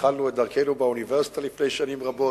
שהתחלנו את דרכנו באוניברסיטה לפני שנים רבות.